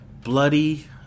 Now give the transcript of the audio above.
bloody